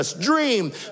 dream